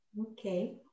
Okay